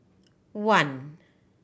one